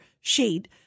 sheet